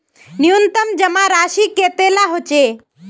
न्यूनतम जमा राशि कतेला होचे?